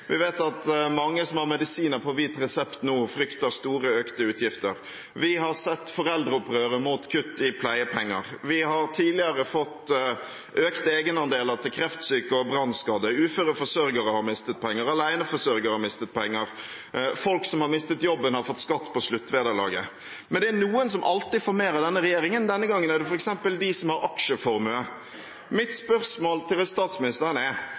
Vi vet at mange som har medisiner på hvit resept, nå frykter store økte utgifter. Vi har sett foreldreopprøret mot kutt i pleiepenger. Vi har tidligere fått økt egenandeler til kreftsyke og brannskadde. Uføre forsørgere har mistet penger. Aleneforsørgere har mistet penger. Folk som har mistet jobben, har fått skatt på sluttvederlaget. Men det er alltid noen som får mer av denne regjeringen. Denne gangen er det f.eks. de som har aksjeformue. Mitt spørsmål til statsministeren er: